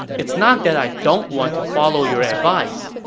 it's not that i don't want to follow your advice.